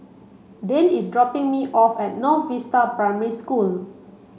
Dane is dropping me off at North Vista Primary School